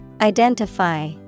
identify